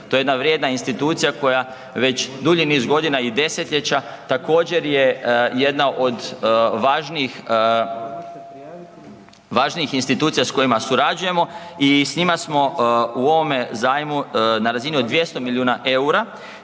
To je jedna vrijedna institucija koja već dulji niz godina i desetljeća također je jedna od važnijih institucija s kojima surađujemo i s njima smo u ovome zajmu na razini od 200 milijuna eura.